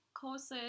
courses